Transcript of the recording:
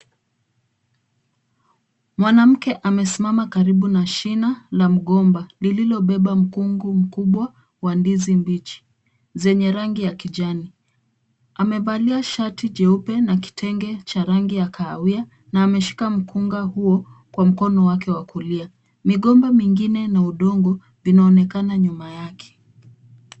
Mwanamke amesimama karibu na shina la mgomba lililobeba mkungu mkubwa wa ndizi mbichi zenye rangi ya kijani. Amevalia shati jeupe na kitenge cha rangi ya kawahia na ameshika mkungu huo kwa mkono wake wa kulia. Migomba ingine na udongo inaonekana nyuma yake.